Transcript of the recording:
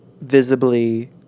visibly